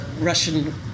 Russian